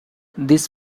this